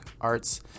arts